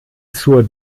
zur